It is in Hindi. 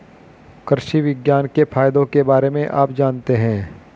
कृषि विज्ञान के फायदों के बारे में आप जानते हैं?